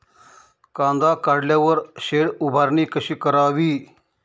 कांदा काढल्यावर शेड उभारणी कशी करावी?